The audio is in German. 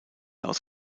aus